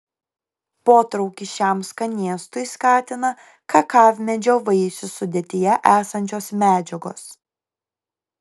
potraukį šiam skanėstui skatina kakavmedžio vaisių sudėtyje esančios medžiagos